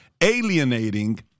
alienating